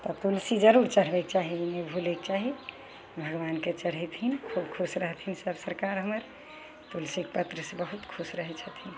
तऽ तुलसी जरूर चढ़बयके चाही नहि भुलयके चाही भगवानके चढ़ेथिन खूब खुश रहथिन सब सरकार हमर तुलसीके पत्रसँ बहुत खुश रहय छथिन